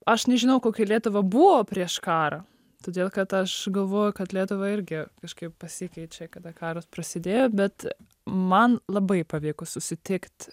aš nežinau kokia lietuva buvo prieš karą todėl kad aš galvoju kad lietuva irgi kažkaip pasikeičia kada karas prasidėjo bet man labai pavyko susitikt